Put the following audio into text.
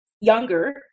younger